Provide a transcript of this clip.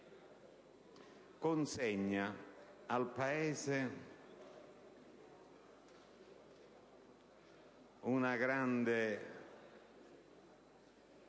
consegna al Paese una grande